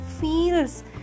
feels